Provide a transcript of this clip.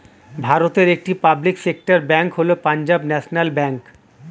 ভারতের একটি public sector bank হল পাঞ্জাব ন্যাশনাল ব্যাঙ্ক